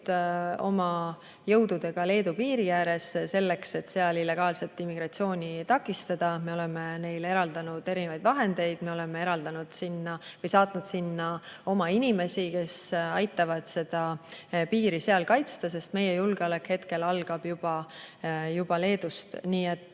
oma jõududega Leedu piiri ääres selleks, et seal illegaalset immigratsiooni takistada. Me oleme neile eraldanud erinevaid vahendeid, me oleme saatnud sinna oma inimesi, kes aitavad seda piiri seal kaitsta, sest meie julgeolek hetkel algab juba Leedust.